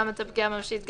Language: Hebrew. גם את הפגיעה הממשית,